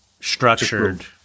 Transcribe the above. structured